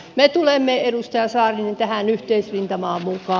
me tulemme edustaja saarinen tähän yhteisrintamaan mukaan